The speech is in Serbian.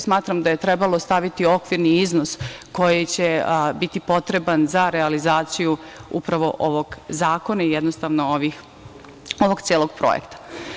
Smatram da je trebalo staviti okvirni iznos koji će biti potreban za realizaciju upravo ovog zakona i jednostavno ovog celog projekta.